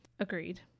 Agreed